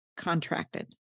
contracted